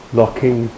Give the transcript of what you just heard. locking